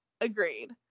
agreed